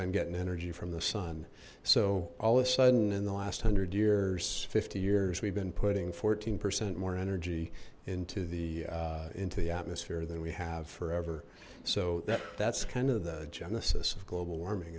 been getting energy from the sun so all of a sudden in the last hundred years fifty years we've been putting fourteen percent more energy into the into the atmosphere than we have forever so that that's kind of the genesis of global warming